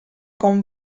con